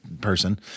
person